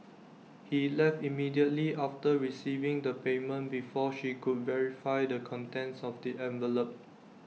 he left immediately after receiving the payment before she could verify the contents of the envelope